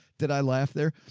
did i laugh there?